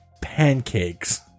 pancakes